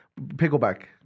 pickleback